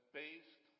based